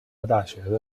大学